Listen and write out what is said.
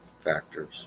factors